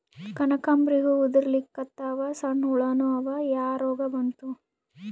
ಕನಕಾಂಬ್ರಿ ಹೂ ಉದ್ರಲಿಕತ್ತಾವ, ಸಣ್ಣ ಹುಳಾನೂ ಅವಾ, ಯಾ ರೋಗಾ ಬಂತು?